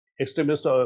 extremist